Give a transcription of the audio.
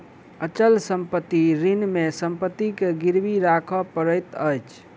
अचल संपत्ति ऋण मे संपत्ति के गिरवी राखअ पड़ैत अछि